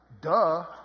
duh